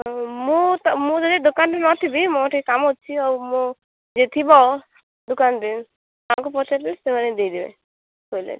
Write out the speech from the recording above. ହଁ ମୁଁ ତ ମୁଁ ଯଦି ଦୋକାନରେ ନଥିବି ମୋର ଟିକେ କାମ ଅଛି ଆଉ ମୋ ଯିଏ ଥିବ ଦୋକାନରେ ତାଙ୍କୁ ପଚାରିବେ ସେମାନେ ଦେଇ ଦେବେ କହିଲେ